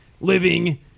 living